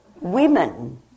Women